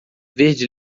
verde